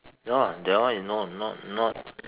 ya that one is no not not